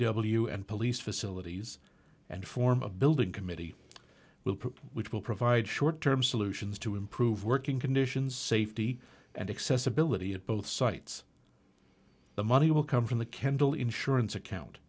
w and police facilities and form a building committee will which will provide short term solutions to improve working conditions safety and accessibility at both sites the money will come from the kendall insurance account